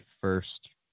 first